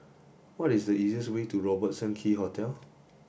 what is the easiest way to Robertson Quay Hotel